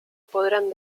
podrán